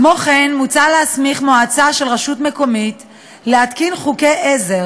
כמו כן מוצע להסמיך מועצה של רשות מקומית להתקין חוקי עזר